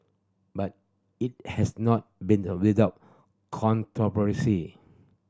but it has not been without controversy